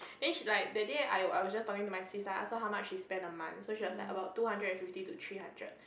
then she like that day I I was just talking to my sis lah I ask her how much she spend a month so she was like about two hundred fifty to three hundred